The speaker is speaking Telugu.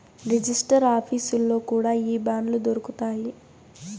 రిజిస్టర్ ఆఫీసుల్లో కూడా ఈ బాండ్లు దొరుకుతాయి